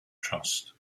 trust